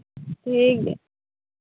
ᱴᱷᱤᱠ ᱜᱮᱭᱟ